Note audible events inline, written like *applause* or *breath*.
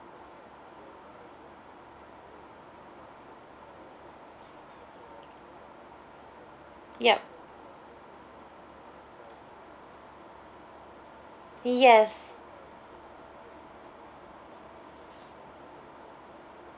*breath* ya yes